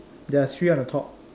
there's three on the top